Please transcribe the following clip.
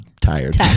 tired